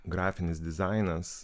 grafinis dizainas